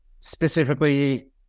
specifically